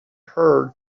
heard